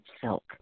silk